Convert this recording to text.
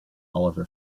oliver